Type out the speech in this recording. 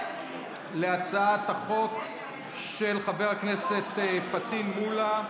להצעת החוק של חבר הכנסת פטין מולא,